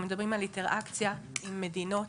אנחנו מדברים על אינטראקציה עם מדינות.